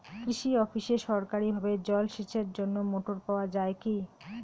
কৃষি অফিসে সরকারিভাবে জল সেচের জন্য মোটর পাওয়া যায় কি?